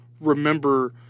remember